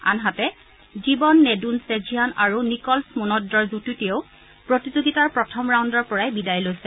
আনহাতে জীৱন নেডুনচেঝিয়ান আৰু নিকলজ মুনদ্ৰৰ যুটীটোৱেও প্ৰতিযোগিতাৰ প্ৰথম ৰাউণ্ডৰ পৰাই বিদায় লৈছে